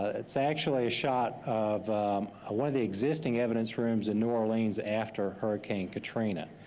ah it's actually a shot of ah one of the existing evidence rooms in new orleans after hurricane katrina.